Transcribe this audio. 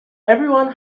everyone